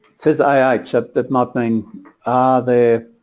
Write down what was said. his i i took that modeling are their